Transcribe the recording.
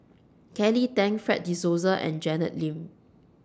Kelly Tang Fred De Souza and Janet Lim